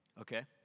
Okay